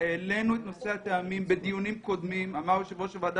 האמן לי, למישהו אחר לא הייתי נותן.